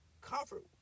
comfort